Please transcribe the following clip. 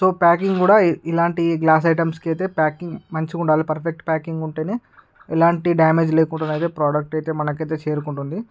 so packing కూడ ఇలాంటి glass ఐటెమ్స్కు అయితే ప్యాకింగు మంచిగా ఉండాలి పర్ఫెక్టు ప్యాకింగ్ ఉంటేనే ఎలాంటి డెమేజు లేకుండానైతే ప్రొడక్టు అయితే మనకి అయితే చేరుకుంటుంది